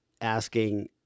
asking